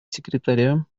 секретаря